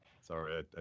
sorry